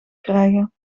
krijgen